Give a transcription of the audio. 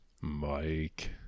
Mike